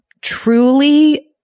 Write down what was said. truly